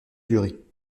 durée